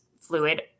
fluid